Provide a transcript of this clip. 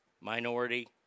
minority